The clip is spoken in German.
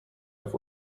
auf